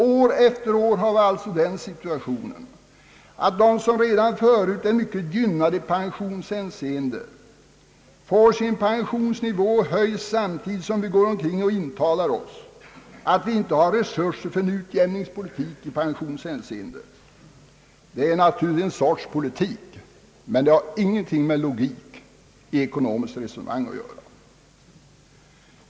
År efter år inträffar alltså att de grupper som redan är mycket gynnade i pensionshänseende får sin pensionsnivå höjd samtidigt som vi intalar oss att vi saknar resurser för att genomföra en utjämningspolitik i detta avseende. Detta är naturligtvis ett slags politik men den har inte någonting med logik i ekonomiskt resonemang att göra.